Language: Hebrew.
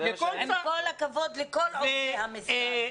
עם כל הכבוד לכל עובדי המשרד.